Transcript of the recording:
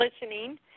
listening